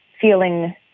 feeling